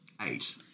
eight